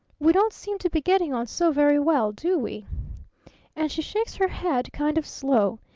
we don't seem to be getting on so very well, do we and she shakes her head kind of slow.